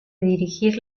dirigir